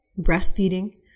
breastfeeding